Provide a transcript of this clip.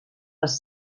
els